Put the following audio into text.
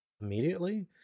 immediately